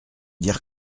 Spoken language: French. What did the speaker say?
dire